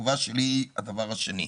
התשובה שלי, הדבר השני.